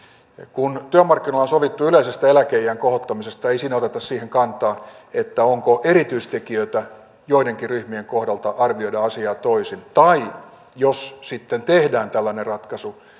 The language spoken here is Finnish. kun työmarkkinoilla on sovittu yleisestä eläkeiän kohottamisesta ei siinä oteta siihen kantaa onko erityistekijöitä joidenkin ryhmien kohdalta arvioida asiaa toisin tai jos sitten tehdään tällainen ratkaisu